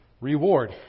reward